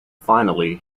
finally